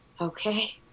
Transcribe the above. okay